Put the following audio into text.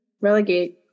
Relegate